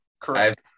Correct